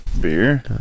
beer